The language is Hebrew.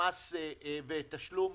ותשלום